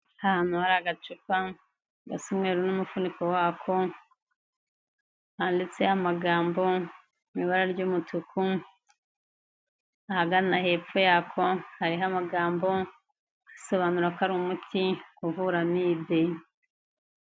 Aha hantu, hari agacupa gasa umweru n'umufuniko wako, handitse amagambo mu ibara ry'umutuku, ahagana hepfo yako hariho amagambo asobanura ko ari umuti uvura amibe.